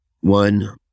one